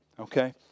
Okay